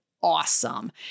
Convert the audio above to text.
Awesome